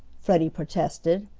freddie protested.